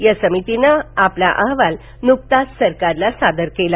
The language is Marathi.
या समितीनं आपला अहवाल नुकताच सरकारला सादर केला